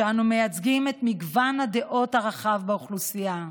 שמייצגים את מגוון הדעות הרחב באוכלוסייה.